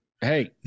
Hey